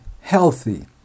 healthy